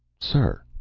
sir!